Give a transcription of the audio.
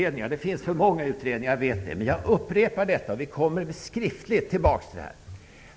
Jag vet att det finns för många utredningar. Men jag upprepar vårt förslag, som vi skriftligt kommer att återkomma till.